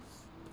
mm